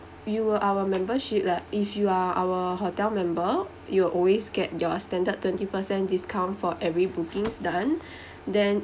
you were our membership leh if you are our hotel member you'll always get your standard twenty percent discount for every bookings done then